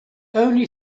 only